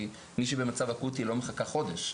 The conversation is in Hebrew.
כי מי שבמצב אקוטי לרוב לא מחכה חודש,